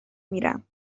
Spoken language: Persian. میرم